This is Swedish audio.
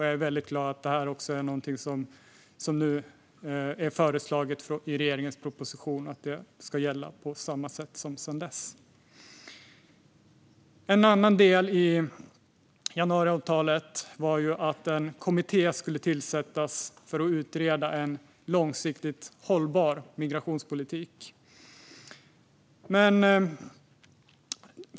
Jag är väldigt glad att det är någonting som nu i regeringens proposition föreslagits ska gälla på samma sätt som sedan dess. En annan del i januariavtalet var att en kommitté skulle tillsättas för att utreda en långsiktigt hållbar migrationspolitik.